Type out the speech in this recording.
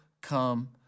come